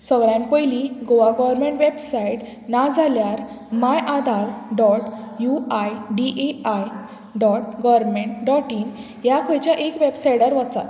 सगळ्यान पयलीं Goa government website ना जाल्यार my Aadhaar dot U I D A dot government dot in ह्या खंयच्या एक वेबसायडार वचात